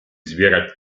zbierać